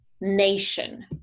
Nation